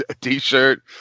t-shirt